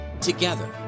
together